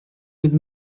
with